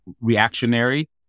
reactionary